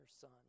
son